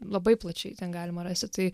labai plačiai ten galima rasti tai